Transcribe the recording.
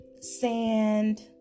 sand